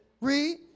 Read